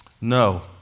No